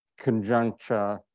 conjuncture